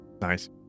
Nice